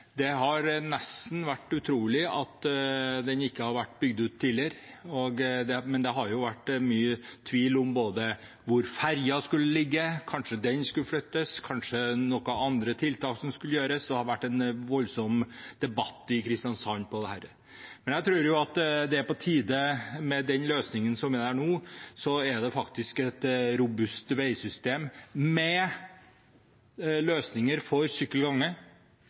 det er nesten utrolig at den ikke har vært bygd ut tidligere. Men det har vært mye tvil om bl.a. hvor ferja skulle ligge, kanskje den skulle flyttes, kanskje noen andre tiltak skulle gjøres – det har vært en voldsom debatt i Kristiansand om dette. Jeg tror det er på tide. Med den løsningen som er der nå, er det faktisk et robust veisystem, med løsninger for